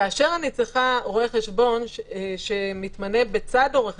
כאשר אני צריכה רואה חשבון שמתמנה בצד עורך